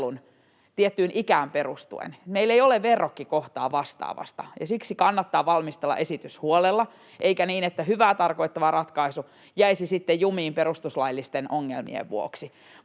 tiettyyn ikään perustuen, meillä ei ole verrokkikohtaa vastaavasta, ja siksi kannattaa valmistella esitys huolella eikä niin, että hyvää tarkoittava ratkaisu jäisi sitten jumiin perustuslaillisten ongelmien vuoksi.